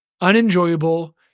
unenjoyable